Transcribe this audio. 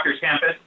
campus